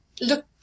look